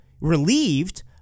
relieved